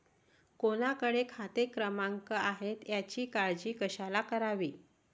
कोणाकडे खाते क्रमांक आहेत याची काळजी कशाला करावी